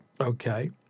okay